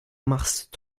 machst